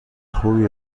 خوبی